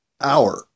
hour